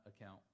account